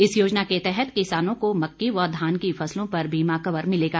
इस योजना के तहत किसानों को मक्की व धान की फसलों पर बीमा कवर मिलेगा